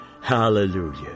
Hallelujah